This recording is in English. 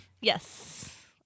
Yes